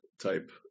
type